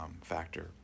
factor